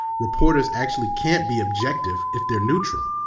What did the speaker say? reporters actually can't be objective if they're neutral.